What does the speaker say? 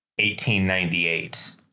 1898